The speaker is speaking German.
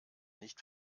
nicht